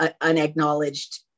unacknowledged